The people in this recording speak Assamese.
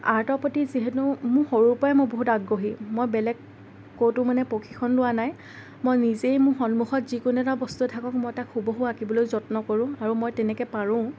আৰ্টৰ প্ৰতি যিহেতু মোৰ সৰুৰপৰাই মই বহুত আগ্ৰহী মই বেলেগ ক'তো মানে প্ৰশিক্ষণ লোৱা নাই মই নিজে সন্মুখত যিকোনো এটা বস্তু থাকক মই তাক হুবহু আঁকিবলৈ যত্ন কৰোঁ আৰু মই তেনেকৈ পাৰোঁও